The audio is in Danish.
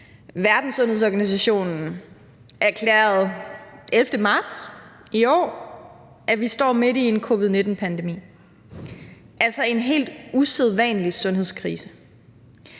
Verdenssundhedsorganisationen erklærede den 11. marts i år, at vi står midt i covid-19-pandemi, altså en helt usædvanlig sundhedskrise.